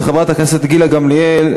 של חברת הכנסת גילה גמליאל,